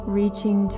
reaching